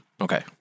Okay